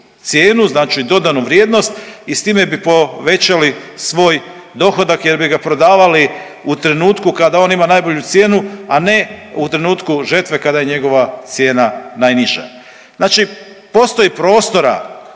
cijenu, znači dodanu vrijednost i s time bi povećali svoj dohodak jer bi ga prodavali u trenutku kada on ima najbolju cijenu, a ne u trenutku žetve kada je njegova cijena najniža. Znači postoji prostora